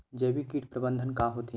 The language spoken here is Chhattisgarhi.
जैविक कीट प्रबंधन का होथे?